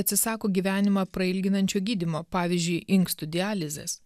atsisako gyvenimą prailginančio gydymo pavyzdžiui inkstų dializės